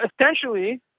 essentially